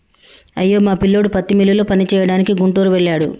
అయ్యో మా పిల్లోడు పత్తి మిల్లులో పనిచేయడానికి గుంటూరు వెళ్ళాడు